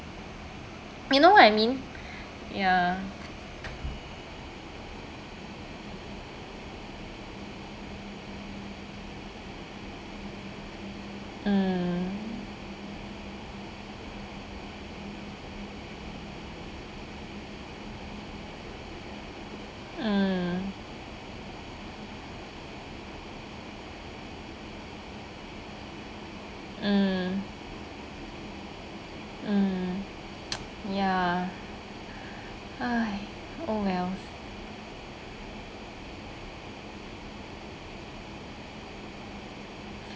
you know what I mean ya mm mm mm mm ya !hais! oh wells